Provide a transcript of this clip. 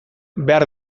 behar